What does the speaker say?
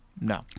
No